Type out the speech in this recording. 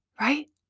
Right